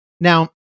now